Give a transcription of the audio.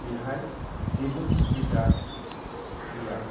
बेहाय जेबो सुबिदा गैया